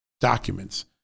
documents